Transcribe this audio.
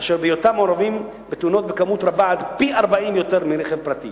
אשר בהיותם מעורבים בתאונות בכמות רבה עד פי-40 יותר מרכב פרטי